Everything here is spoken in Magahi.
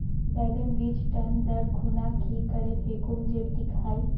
बैगन बीज टन दर खुना की करे फेकुम जे टिक हाई?